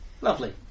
Lovely